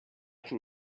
can